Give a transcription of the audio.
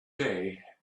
day